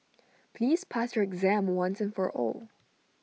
please pass your exam once and for all